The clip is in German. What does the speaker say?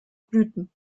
blüten